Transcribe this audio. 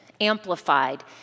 amplified